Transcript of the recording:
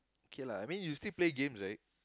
okay lah I mean you still play games right